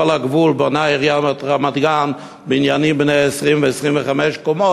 על כל הגבול בונה עיריית רמת-גן בניינים בני 20 25 קומות,